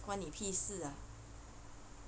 关你屁事啊